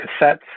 cassettes